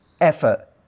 effort